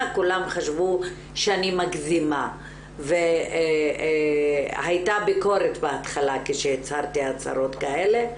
כולם חשבו שאני מגזימה והייתה ביקורת בהתחלה כשהצהרתי הצהרות כאלה.